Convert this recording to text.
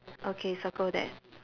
okay circle that